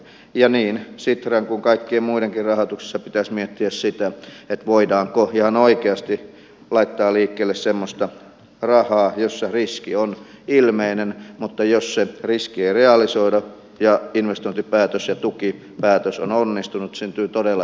niin sitran kuin kaikkien muidenkin rahoituksessa pitäisi miettiä sitä voidaanko ihan oikeasti laittaa liikkeelle semmoista rahaa jossa riski on ilmeinen mutta jos se riski ei realisoidu ja investointipäätös ja tukipäätös ovat onnistuneet syntyy todella